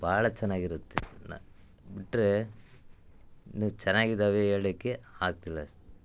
ಭಾಳ ಚೆನ್ನಾಗಿರುತ್ತೆ ನ ಬಿಟ್ಟರೇ ಇನ್ನೂ ಚೆನ್ನಾಗಿದಾವೆ ಹೇಳಲಿಕ್ಕೆ ಆಗ್ತಿಲ್ಲ ಅಷ್ಟೇ